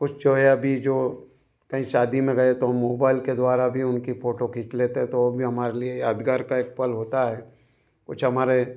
कुछ हो या अभी जो कहीं शादी में गए तो हम मोबाइल के द्वारा भी उनकी फोटो खींच लेते तो वो भी हमारे लिए यादगार का एक पल होता है कुछ हमारे